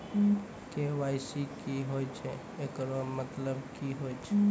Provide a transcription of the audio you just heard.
KYC की होय छै, एकरो मतलब की होय छै?